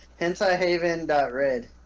hentaihaven.red